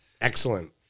Excellent